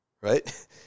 right